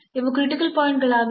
ಇವು critical point ಗಳಾಗಿವೆ